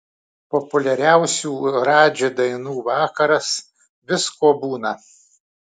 populiariausių radži dainų vakaras visko būna